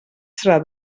serà